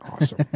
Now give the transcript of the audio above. awesome